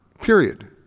period